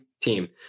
team